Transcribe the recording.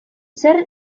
zer